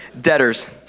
debtors